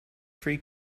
free